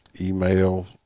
email